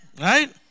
right